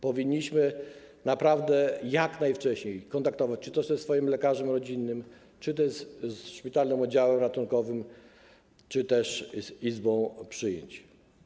Powinniśmy naprawdę jak najwcześniej kontaktować się czy to ze swoim lekarzem rodzinnym, czy też ze szpitalnym oddziałem ratunkowym, czy też z izbą przyjęć.